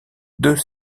deux